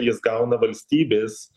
jis gauna valstybės